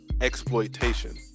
exploitation